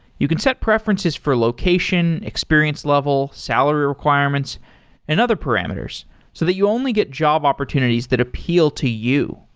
you can set preferences for location, experience level, salary requirements and other parameters so that you only get job opportunities that appeal to you.